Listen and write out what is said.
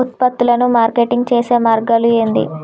ఉత్పత్తులను మార్కెటింగ్ చేసే మార్గాలు ఏంది?